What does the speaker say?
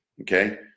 okay